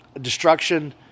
destruction